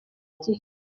igihe